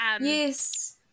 Yes